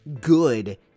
good